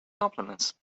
compliments